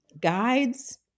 guides